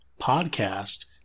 podcast